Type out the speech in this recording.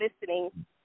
listening